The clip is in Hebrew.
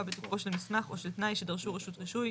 בתוקפו של מסמך או של תנאי שדרשו רשות רישוי,